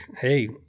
hey